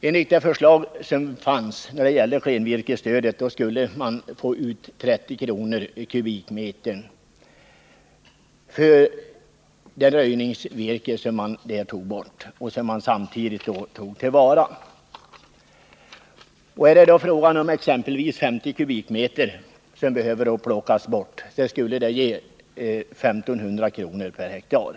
Enligt det förslag som finns om klenvirkesstödet skulle man få ut 30 kr. kubikmetern för det röjningsvirke som man tog till vara. Om exempelvis 50 Nr 110 kubikmeter behöver plockas bort skulle man då få 1 500 kr. per hektar.